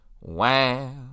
Wow